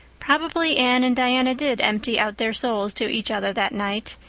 probably anne and diana did empty out their souls to each other that night,